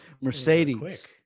Mercedes